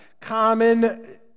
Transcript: common